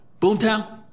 Boomtown